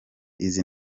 izi